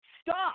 stop